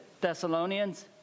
Thessalonians